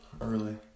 early